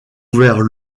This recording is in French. ouvert